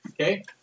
Okay